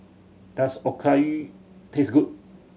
does Okayu taste good